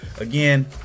again